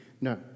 No